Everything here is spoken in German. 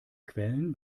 quellen